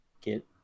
get